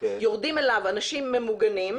יורדים אליו אנשים ממוגנים.